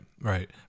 right